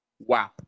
Wow